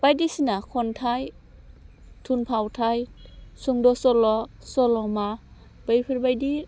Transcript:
बायदिसिना खन्थाइ थुनफावथाइ सुंद' सल' सल'मा बैफोरबायदि